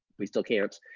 we still can't,